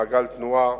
מעגל תנועה,